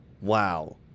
Wow